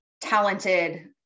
talented